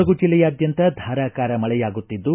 ಕೊಡಗು ಜೆಲ್ಲೆಯಾದ್ಯಂತ ಧಾರಾಕಾರ ಮಳೆಯಾಗುತ್ತಿದ್ದು